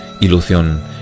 ilusión